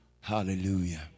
Hallelujah